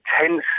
tense